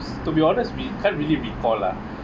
to be honest we can't really recalled lah